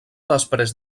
després